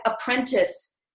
apprentice